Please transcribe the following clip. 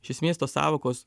iš esmės tos sąvokos